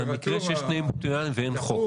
זה המקרה שיש תנאים אופטימליים ואין חוק.